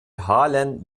halen